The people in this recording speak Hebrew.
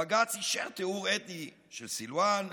בג"ץ אישר טיהור אתני של סילוואן,